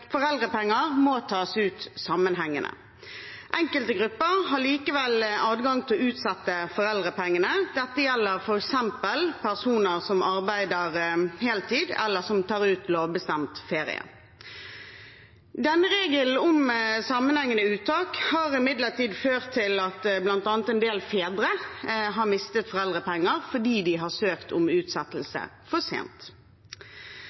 foreldrepenger må tas ut sammenhengende. Enkelte grupper har likevel adgang til å utsette foreldrepengene. Dette gjelder f.eks. personer som arbeider heltid, eller som tar ut lovbestemt ferie. Denne regelen om sammenhengende uttak har imidlertid ført til at bl.a. en del fedre har mistet foreldrepenger fordi de har søkt om